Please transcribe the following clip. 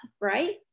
right